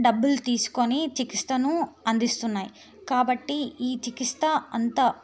డబ్బులు తీసుకొని చికిత్సను అందిస్తున్నాయి కాబట్టి ఈ చికిత్స అంత